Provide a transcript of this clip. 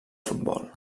futbol